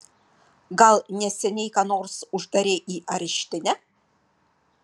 gal neseniai ką nors uždarei į areštinę